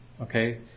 Okay